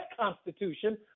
Constitution